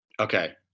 Okay